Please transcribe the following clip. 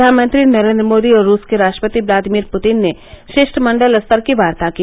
प्रधानमंत्री नरेन्द्र मोदी और रूस के राष्ट्रपति व्लादिमिर पुतिन ने शिष्टमंडल स्तर की बार्ता की